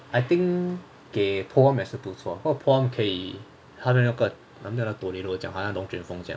I think 给 pole arm 也是不错 cause pole arm 可以他的那个那个 tornado 的风向的风向